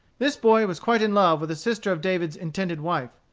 this boy was quite in love with a sister of david's intended wife.